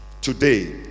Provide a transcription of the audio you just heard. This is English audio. Today